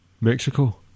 Mexico